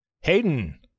Hayden